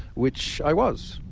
which i was.